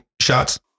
shots